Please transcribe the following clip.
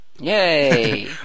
Yay